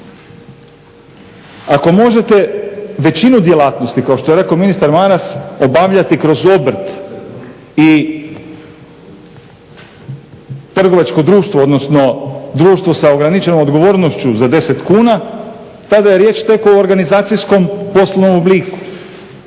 Ako možete većinu djelatnosti kao što je rekao ministar Maras obavljati kroz obrt i trgovačko društvo, odnosno društvo sa ograničenom odgovornošću za 10 kuna tada je riječ tek o organizacijskom poslovnom obliku.